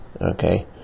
Okay